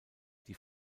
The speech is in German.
die